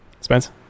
Spence